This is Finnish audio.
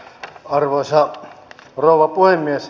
arvoisa rouva puhemies